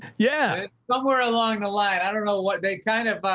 yeah. somewhere along the line. i don't know what they kind of,